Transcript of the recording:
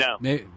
No